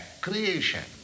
creation